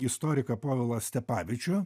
istoriką povilą stepavičių